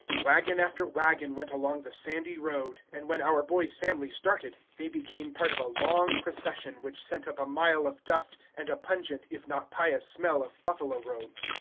wagon after wagon went along the sandy road, and when our boy's family started, they became part of a long procession, which sent up a mile of dust and a pungent, if not pious smell of buffalo-robes.